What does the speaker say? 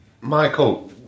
Michael